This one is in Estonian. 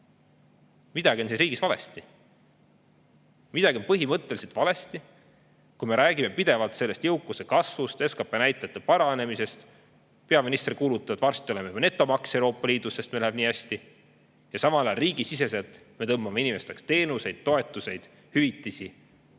Midagi on siin riigis valesti. Midagi on põhimõtteliselt valesti, kui me räägime pidevalt jõukuse kasvust ja SKP näitajate paranemisest, kui peaminister kuulutab, et varsti oleme juba netomaksjad Euroopa Liidus, sest meil läheb nii hästi, aga samal ajal riigisiseselt me [võtame] inimestelt teenuseid, toetusi ja hüvitisi